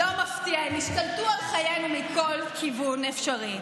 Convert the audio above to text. לא מפתיע, הם השתלטו על חיינו מכל כיוון אפשרי.